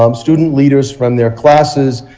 um student leaders from their classes.